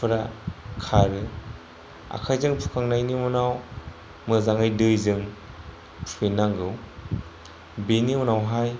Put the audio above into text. फोरा खारो आखायजों हुखांनायनि उनाव मोजाङै दैजों हुफिननांगौ बेनि उनावहाय